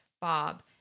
Bob